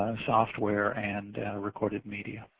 software and recorded media.